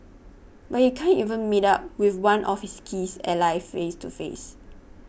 but he can't even meet up with one of his keys allies face to face